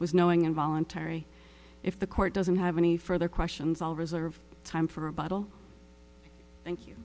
was knowing and voluntary if the court doesn't have any further questions i'll reserve time for a bottle thank you